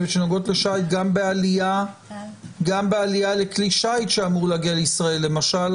גם בעלייה לכלי שיט שאמור להגיע לישראל למשל,